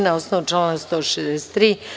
Na osnovu člana 163.